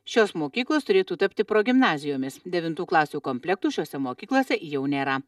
šios mokyklos turėtų tapti progimnazijomis devintų klasių komplektų šiose mokyklose jau nėra